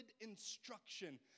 instruction